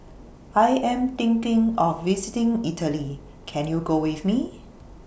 I Am thinking of visiting Italy Can YOU Go with Me